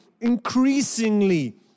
increasingly